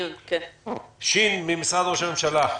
שירי ממשרד ראש הממשלה,